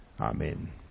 Amen